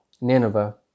Nineveh